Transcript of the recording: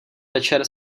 večer